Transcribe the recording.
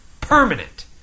Permanent